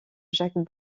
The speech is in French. jacques